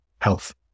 health